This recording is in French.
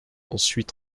ensuite